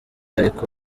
ariko